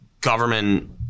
government